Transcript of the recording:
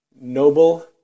noble